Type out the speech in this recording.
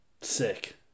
Sick